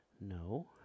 No